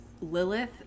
Lilith